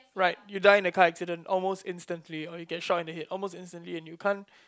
right you die in the car accident almost instantly or you get shot in the head almost instantly and you can't